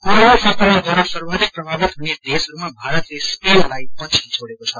corona संक्रमणद्वारा सवाधिक प्रभावित हुने देशहरूमा भारतले स्पेनलाई पछि छोडेको छ